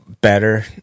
better